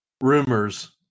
Rumors